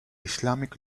islamic